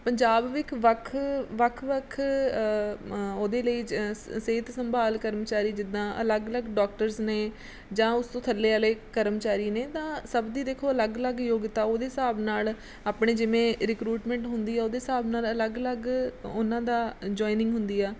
ਪੰਜਾਬ ਇੱਕ ਵੱਖ ਵੱਖ ਵੱਖ ਉਹਦੇ ਲਈ ਜ ਸ ਸਿਹਤ ਸੰਭਾਲ ਕਰਮਚਾਰੀ ਜਿੱਦਾਂ ਅਲੱਗ ਅਲੱਗ ਡਾਕਟਰਸ ਨੇ ਜਾਂ ਉਸ ਤੋਂ ਥੱਲੇ ਵਾਲੇ ਕਰਮਚਾਰੀ ਨੇ ਤਾਂ ਸਭ ਦੀ ਦੇਖੋ ਅਲੱਗ ਅਲੱਗ ਯੋਗਤਾ ਉਹਦੇ ਹਿਸਾਬ ਨਾਲ ਆਪਣੇ ਜਿਵੇਂ ਰਿਕਰੂਟਮੈਂਟ ਹੁੰਦੀ ਆ ਉਹਦੇ ਹਿਸਾਬ ਨਾਲ ਅਲੱਗ ਅਲੱਗ ਉਹਨਾਂ ਦਾ ਜੁਆਇਨਿੰਗ ਹੁੰਦੀ ਆ